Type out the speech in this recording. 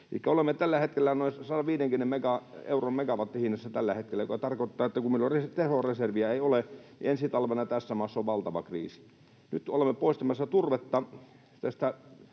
olemme tällä hetkellä noin 150 euron megawattihinnassa tällä hetkellä, mikä tarkoittaa, että kun meillä tehoreserviä ei ole, niin ensi talvena tässä maassa on valtava kriisi. Nyt kun olemme poistamassa turvetta